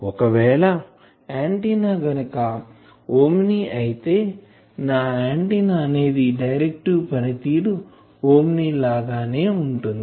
ఒకవేళ ఆంటిన్నా గనుక ఓమ్ని అయితే ఒకవేళ నా ఆంటిన్నా అనేది డైరెకటివ్ పనితీరు ఓమ్ని లాగానే ఉంటుంది